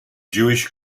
jewish